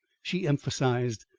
she emphasised.